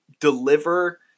deliver